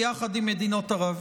ביחד עם מדינות ערב.